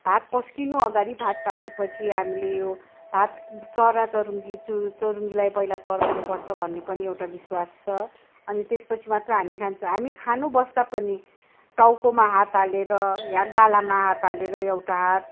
भात पस्किनु अगाडि भात पाकेपछि हामीले यो भात चरा चरूङ्गी चुरुङ्गीलाई पहिला चढाउनुपर्छ भन्ने पनि एउटा विश्वास छ अनि त्यसपछि मात्र हामी खान्छ हामी खानु बस्दा पनि टाउकोमा हात हालेर या गालामा हात हालेर एउटा हात